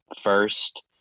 first